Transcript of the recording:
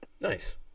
Nice